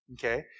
okay